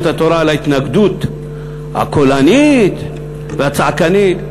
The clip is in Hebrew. התורה על ההתנגדות הקולנית והצעקנית.